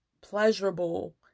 pleasurable